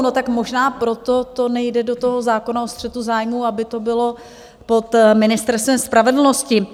No, tak možná proto to nejde do toho zákona o střetu zájmů, aby to bylo pod Ministerstvem spravedlnosti.